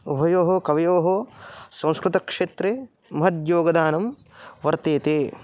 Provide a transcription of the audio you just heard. उभयोः कवयोः संस्कृतक्षेत्रे महद्योगदानं वर्तते